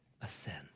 ascend